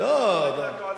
היושב-ראש דואג לקואליציה.